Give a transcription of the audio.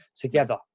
together